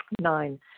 Nine